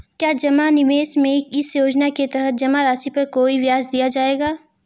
क्या जमा निवेश में इस योजना के तहत जमा राशि पर कोई ब्याज दिया जाएगा?